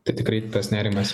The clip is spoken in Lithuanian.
tai tikrai tas nerimas